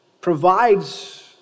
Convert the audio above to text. provides